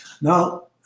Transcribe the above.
Now